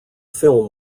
film